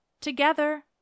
together